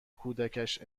کودکش